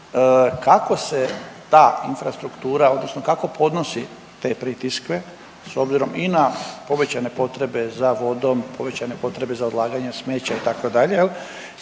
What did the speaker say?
Kako se ta infrastruktura odnosno kako podnosi te pritiske s obzirom i na povećane potrebe za vodom, povećane potrebe za odlaganje smeća itd.